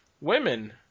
women